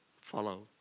follow